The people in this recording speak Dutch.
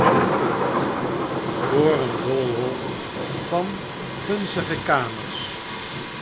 zoo voort door een doolhof van vunzige kamers